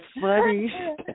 funny